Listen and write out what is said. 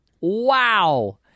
Wow